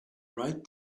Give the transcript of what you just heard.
right